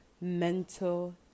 mental